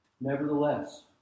Nevertheless